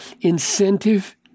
incentive